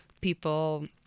people